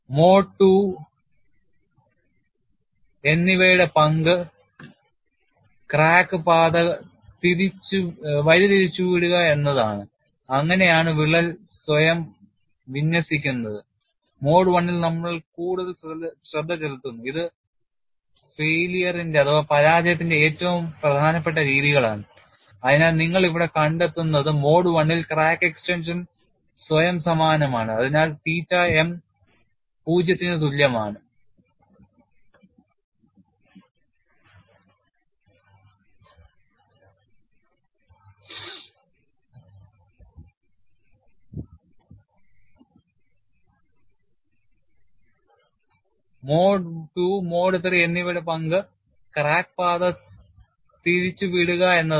mode II mode III എന്നിവയുടെ പങ്ക് crack പാത വഴിതിരിച്ചുവിടുക എന്നതാണ്